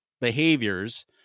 behaviors